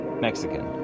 mexican